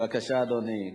בבקשה, אדוני.